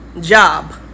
job